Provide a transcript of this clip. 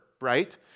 right